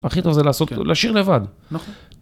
הכי טוב זה להשאיר לבד.